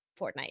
Fortnite